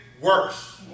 worse